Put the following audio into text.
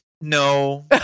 no